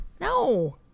No